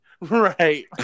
Right